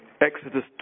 Exodus